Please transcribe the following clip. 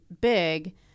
big